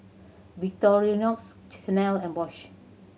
Victorinox Chanel and Bosch